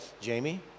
Jamie